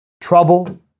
trouble